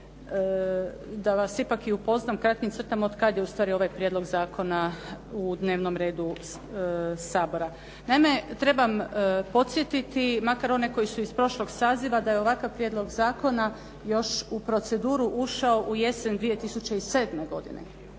da vas ipak i upoznam u kratkim crtama od kad je u stvari ovaj prijedlog zakona u dnevnom redu Sabora. Naime, trebam podsjetiti makar one koji su iz prošlog saziva da je ovakav prijedlog zakona još u proceduru ušao u jesen 2007. godine.